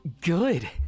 good